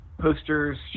posters